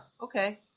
Okay